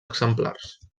exemplars